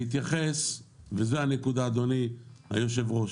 בהתייחס וזו הנקודה העיקרית, אדוני היושב-ראש,